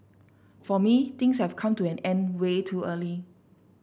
for me things have come to an end way too early